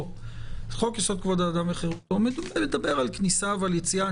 חוק-יסוד: כבוד האדם וחרותו מדבר על כניסה ויציאה.